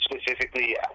Specifically